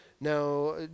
Now